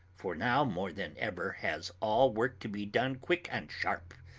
for now more than ever has all work to be done quick and sharp,